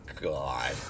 God